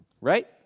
right